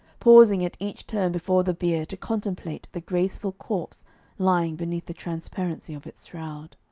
pausing at each turn before the bier to contemplate the graceful corpse lying beneath the transparency of its shroud.